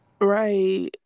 Right